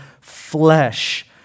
flesh